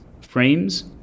frames